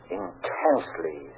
intensely